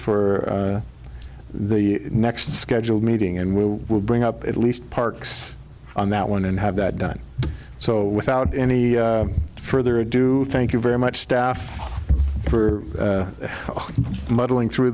for the next scheduled meeting and we will bring up at least parks on that one and have that done so without any further ado thank you very much staff for muddling through